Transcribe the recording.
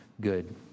good